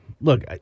look